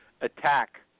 attack